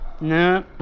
no